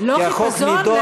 כי החוק נדון,